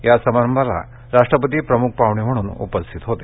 या समारंभाला राष्ट्रपती प्रमुख पाहुणे म्हणून उपस्थित होते